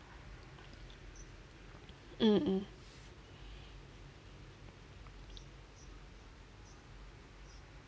mm mm